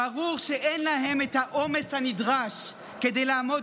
ברור שאין להם את האומץ הנדרש כדי לעמוד